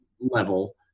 level